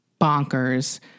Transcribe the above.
bonkers